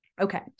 Okay